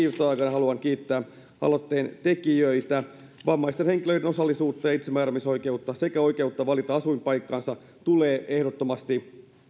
haluan kiittää aloitteen tekijöitä vammaisten henkilöiden osallisuutta ja itsemääräämisoikeutta sekä oikeutta valita asuinpaikkansa tulee ehdottomasti